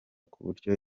kuburyo